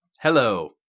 hello